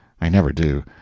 i never do.